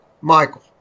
Michael